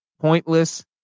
pointless